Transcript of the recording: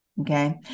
Okay